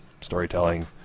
storytelling